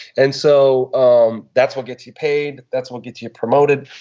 and so um that's what gets you paid. that's what gets you promoted.